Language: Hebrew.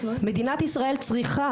מדינת ישראל צריכה